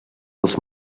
els